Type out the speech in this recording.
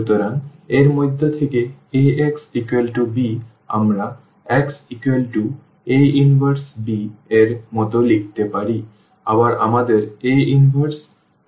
সুতরাং এর মধ্যে থেকে Ax b আমরা xA 1b এর মতো লিখতে পারি একবার আমাদের A 1 পেয়ে গেলে